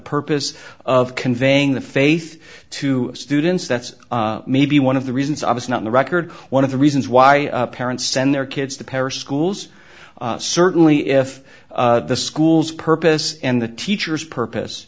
purpose of conveying the faith to students that's maybe one of the reasons i was not in the record one of the reasons why parents send their kids to parish schools certainly if the school's purpose and the teacher's purpose